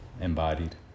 embodied